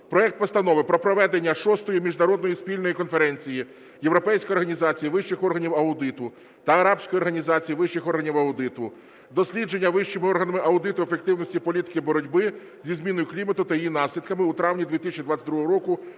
проект Постанови про проведення VI Міжнародної спільної конференції Європейської організації вищих органів аудиту та Арабської організації вищих органів аудиту "Дослідження вищими органами аудиту ефективності політики боротьби зі зміною клімату та її наслідками" у травні 2022 року